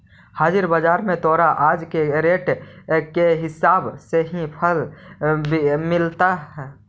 हाजिर बाजार में तोरा आज के रेट के हिसाब से ही फल मिलतवऽ